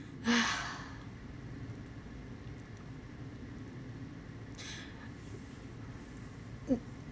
mm